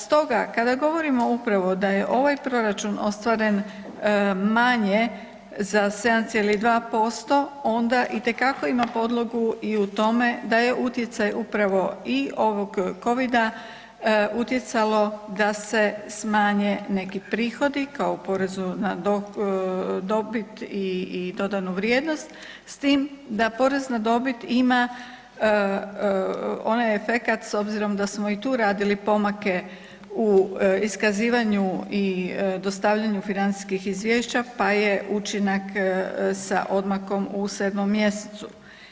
Stoga kada govorimo upravo da je ovaj proračun ostvaren manje za 7,2% onda itekako ima podlogu i u tome da je utjecaj upravo i ovog covida utjecalo da se smanje neki prihodi kao porezu na dobit i dodanu vrijednost, s tim da porez na dobit ima onaj efekat s obzirom da smo i tu radili pomake u iskazivanju i dostavljanju financijskih izvješća pa je učinak sa odmakom u 7. mjesecu.